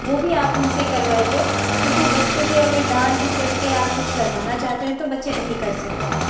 वह भी आप उनसे करवाइए क्योंकि बच्चे पर अगर डाँट डपटकर आप कुछ करवाना चाहते हैं तो बच्चे नहीं कर सकते हैं